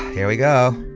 here we go.